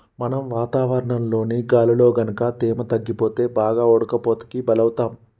మనం వాతావరణంలోని గాలిలో గనుక తేమ తగ్గిపోతే బాగా ఉడకపోతకి బలౌతాం